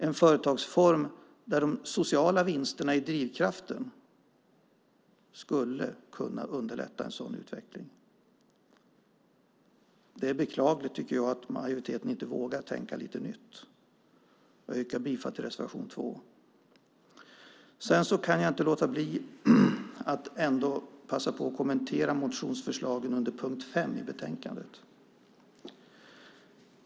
En företagsform där de sociala vinsterna är drivkraften skulle kunna underlätta en sådan utveckling. Det är beklagligt att majoriteten inte vågar tänka nytt. Jag yrkar bifall till reservation 2. Jag kan inte låta bli att passa på att kommentera motionsförslagen under punkt 5 i betänkandet.